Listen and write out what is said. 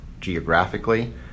geographically